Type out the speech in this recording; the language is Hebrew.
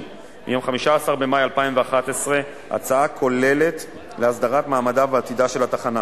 מיום 15 במאי 2011 הצעה כוללת להסדרת מעמדה ועתידה של התחנה,